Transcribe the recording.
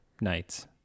nights